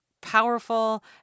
powerful